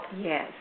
Yes